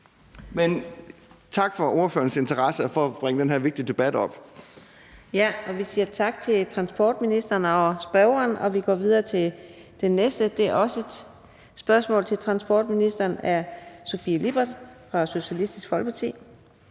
Men tak for ordførerens interesse og for at bringe den her vigtige debat op. Kl. 15:10 Fjerde næstformand (Karina Adsbøl): Vi siger tak til transportministeren og til spørgeren. Vi går videre til den næste. Det er også et spørgsmål til transportministeren af Sofie Lippert fra Socialistisk Folkeparti.